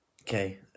Okay